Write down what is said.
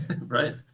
Right